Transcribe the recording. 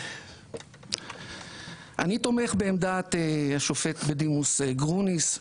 אני תומך בעמדת השופט בדימוס גרוניס,